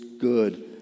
good